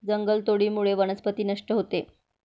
जंगलतोडीमुळे वनस्पती नष्ट होते